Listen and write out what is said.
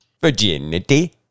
Virginity